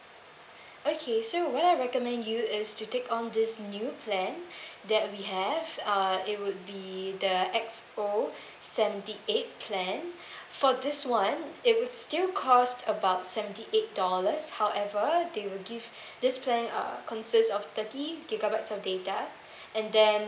okay so what I recommend you is to take on this new plan that we have uh it would be the X_O seventy eight plan for this one it would still cost about seventy eight dollars however they will give this plan uh consists of thirty gigabytes of data and then